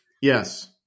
Yes